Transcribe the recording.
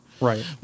Right